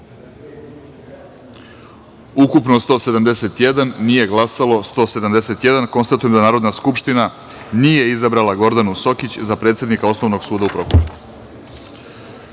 171, nije glasalo 171.Konstatujem da Narodna skupština nije izabrala Gordanu Sokić, za predsednika Osnovnog suda u